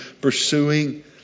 pursuing